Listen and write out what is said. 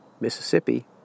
Mississippi